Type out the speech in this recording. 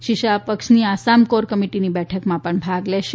શ્રી શાહ પક્ષની આસામ કોર કમિટિની બેઠકમાં પણ ભાગ લેશે